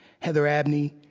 heather abney,